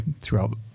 throughout